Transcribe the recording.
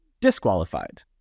Disqualified